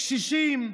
קשישים,